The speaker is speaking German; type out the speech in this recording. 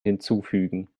hinzufügen